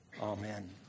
amen